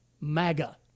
MAGA